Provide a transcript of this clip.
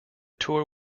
tour